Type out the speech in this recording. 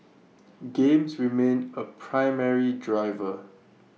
games remain A primary driver